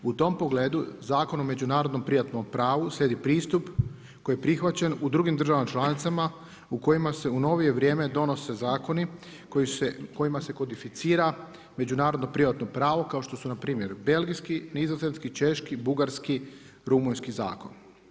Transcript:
U tom pogledu, Zakon o međunarodnom privatnom pravu slijedi pristup koji je prihvaćen u drugim državama članicama u kojima se u novije vrijeme donose zakoni kojima se kodificira međunarodno privatno pravo kao što su na primjer belgijski, nizozemski, češki, bugarski, rumunjski zakon.